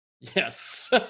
Yes